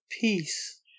peace